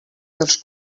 dels